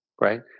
right